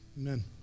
Amen